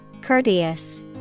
Courteous